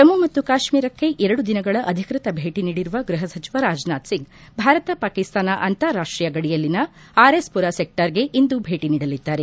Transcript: ಜಮ್ಮು ಮತ್ತು ಕಾಶ್ಮೀರಕ್ಕೆ ಎರಡು ದಿನಗಳ ಅಧಿಕೃತ ಭೇಟಿ ನೀಡಿರುವ ಗೃಹಸಚಿವ ರಾಜನಾಥ್ ಸಿಂಗ್ ಭಾರತ ಪಾಕಿಸ್ತಾನ ಅಂತಾರಾಷ್ಟೀಯ ಗಡಿಯಲ್ಲಿನ ಆರ್ಎಸ್ ಪುರ ಸೆಕ್ಷರ್ಗೆ ಇಂದು ಭೇಟಿ ನೀಡಲಿದ್ದಾರೆ